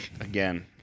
Again